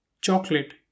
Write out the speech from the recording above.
chocolate